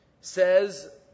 Says